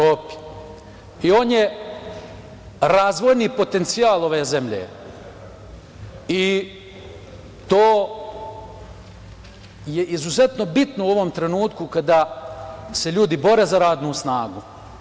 On je razvojni potencijal ove zemlje i to je izuzetno bitno u ovom trenutku kada se ljudi bore za radnu snagu.